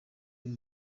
you